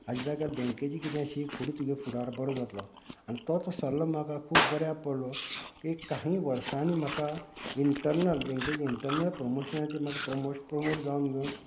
हाज्या जाग्यार बँकेचे कितेंय शीक फुडें तुजो फुडार बरो जातलो आनी तोच सल्लो म्हाका खूब बऱ्या पडलो एक काही वर्सांनी म्हाका इंटरनल बँकेचे इंटरनल प्रमोशनाची म्हाका प्रमोट प्रमोट जावन येवन